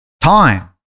time